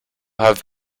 have